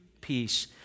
peace